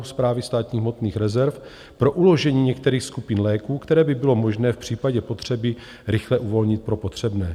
Správy státních hmotných rezerv pro uložení některých skupin léků, které by bylo možné v případě potřeby rychle uvolnit pro potřebné?